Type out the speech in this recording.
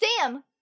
Sam